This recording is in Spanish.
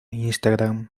instagram